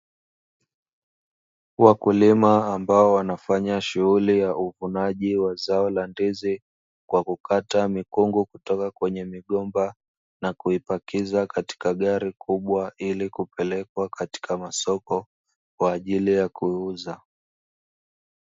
Wakulima ambao wanafanya shughuli ya uvunaji wa zao la ndizi, kwa kukata mikungu, kutoka kwenye migomba na kuipakiza katika gari kubwa ili kupelekwa katika masoko kwaajili ya kuuza.